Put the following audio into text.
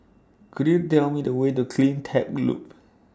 Could YOU Tell Me The Way to CleanTech Loop